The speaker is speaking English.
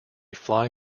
fly